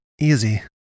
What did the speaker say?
easy